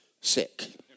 sick